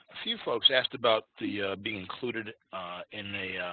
few folks asked about the being included in a